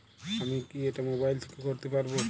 আমি কি এটা মোবাইল থেকে করতে পারবো?